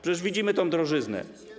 Przecież widzimy tę drożyznę.